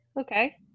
Okay